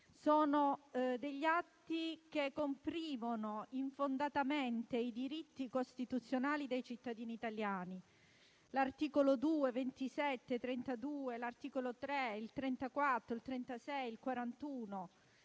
Sono atti che comprimono infondatamente i diritti costituzionali dei cittadini italiani: gli articoli 2, 27 e 32, gli articoli 3, 34, 36 e 41